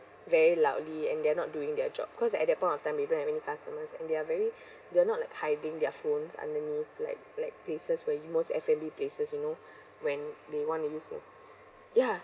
very loudly and they are not doing their job cause at that point of time maybe having customers and they are very they're not like hiding their phones underneath like like places where you most f and b places you know when they want to use it ya